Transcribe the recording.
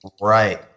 Right